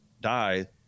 die